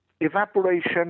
evaporation